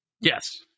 Yes